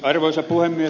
arvoisa puhemies